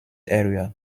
area